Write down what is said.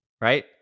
right